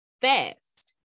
fast